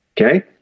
Okay